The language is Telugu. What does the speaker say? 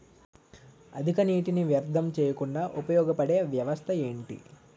అధిక నీటినీ వ్యర్థం చేయకుండా ఉపయోగ పడే వ్యవస్థ ఏంటి